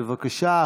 בבקשה,